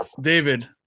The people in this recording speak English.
David